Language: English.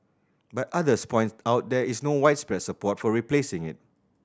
but others point out there is no widespread support for replacing it